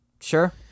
sure